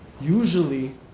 usually